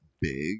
big